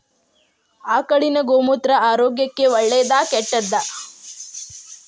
ಆಕಳಿನ ಗೋಮೂತ್ರ ಆರೋಗ್ಯಕ್ಕ ಒಳ್ಳೆದಾ ಕೆಟ್ಟದಾ?